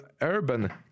urban